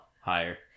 Higher